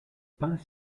peint